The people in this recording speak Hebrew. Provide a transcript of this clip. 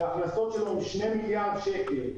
שההכנסות שלו הן 2 מיליארד שקל,